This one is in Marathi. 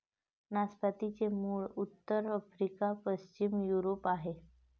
नाशपातीचे मूळ उत्तर आफ्रिका, पश्चिम युरोप आहे